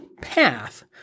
path